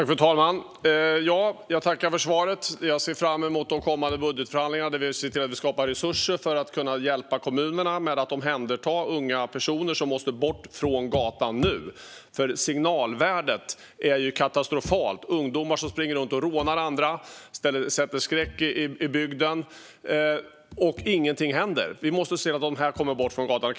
Fru talman! Jag tackar för svaret. Jag ser fram emot de kommande budgetförhandlingarna, där vi ser till att skapa resurser för att kunna hjälpa kommunerna med att omhänderta unga personer som måste bort från gatan nu. Signalvärdet är ju katastrofalt. Ungdomar springer runt och rånar andra och sätter skräck i bygden, och ingenting händer. Vi måste se till att de kommer bort från gatan.